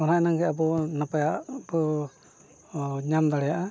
ᱚᱱᱟ ᱚᱱᱟᱜᱮ ᱟᱵᱚ ᱱᱟᱯᱟᱭ ᱠᱚ ᱧᱟᱢ ᱫᱟᱲᱮᱭᱟᱜᱼᱟ